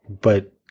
but-